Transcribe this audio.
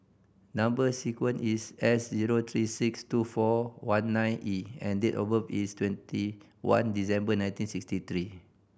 number sequence is S zero three six two four one nine E and date of birth is twenty one December nineteen sixty three